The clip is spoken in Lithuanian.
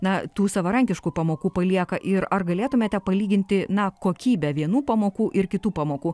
na tų savarankiškų pamokų palieka ir ar galėtumėte palyginti na kokybę vienų pamokų ir kitų pamokų